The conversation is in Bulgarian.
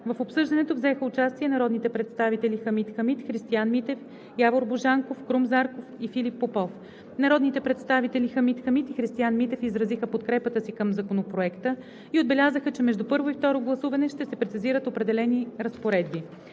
В обсъждането взеха участие народните представители Хамид Хамид, Христиан Митев, Явор Божанков, Крум Зарков и Филип Попов. Народните представители Хамид Хамид и Христиан Митев изразиха подкрепата си към Законопроекта и отбелязаха, че между първо и второ гласуване ще се прецизират определени разпоредби.